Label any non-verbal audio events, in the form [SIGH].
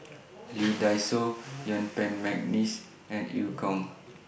[NOISE] Lee Dai Soh Yuen Peng Mcneice and EU Kong